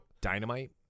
Dynamite